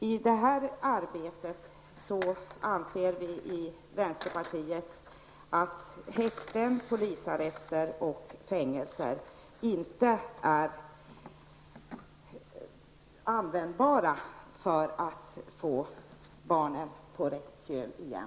I det här arbetet anser vi i vänsterpartiet att häkten, polisarrester och fängelser inte är användbara för att få barnen på rätt köl igen.